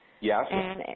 Yes